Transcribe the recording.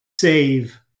save